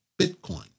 Bitcoin